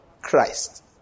Christ